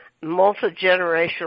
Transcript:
multi-generational